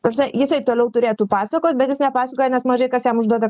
ta prasme jisai toliau turėtų pasakot bet jis nepasakoja nes mažai kas jam užduoda